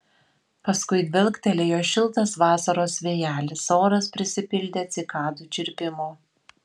paskui dvelktelėjo šiltas vasaros vėjelis oras prisipildė cikadų čirpimo